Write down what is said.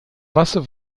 wasser